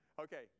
Okay